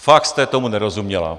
Fakt jste tomu nerozuměla.